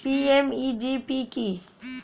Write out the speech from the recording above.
PMEGP কি?